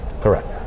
Correct